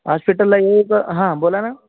हॉश्पिटलला येऊ का हां बोला ना